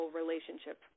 relationship